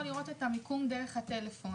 הוא יכול לראות את המיקום דרך הטלפון.